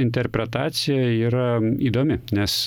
interpretacija yra įdomi nes